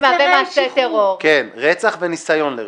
-- שמהווה מעשה טרור." רצח וניסיון לרצח.